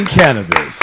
cannabis